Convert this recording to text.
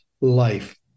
life